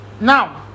now